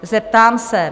Zeptám se...